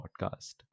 podcast